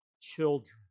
children